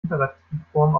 imperativform